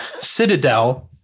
Citadel